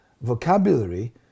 vocabulary